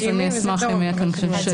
אז אני אשמח אם יהיה כאן קצת שקט.